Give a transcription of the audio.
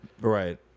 right